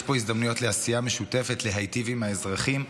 שיש בו הזדמנויות לעשייה משותפת להיטיב עם האזרחים,